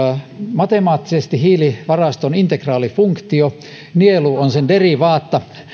matemaattisesti hiilivarasto on integraalifunktio nielu on sen derivaatta